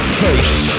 face